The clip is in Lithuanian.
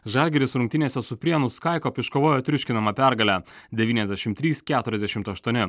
žalgiris rungtynėse su prienų skaikop iškovojo triuškinamą pergalę devyniasdešim trys keturiasdešimt aštuoni